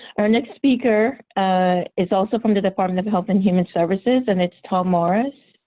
our next speaker ah is also from the department of health and human services, and it's tom morris.